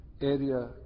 area